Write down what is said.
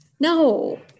No